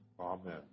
amen